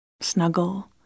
snuggle